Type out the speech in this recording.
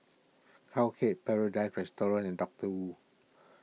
Cowhead Paradise Restaurant and Doctor Wu